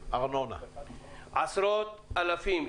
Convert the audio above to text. עשרות-אלפים,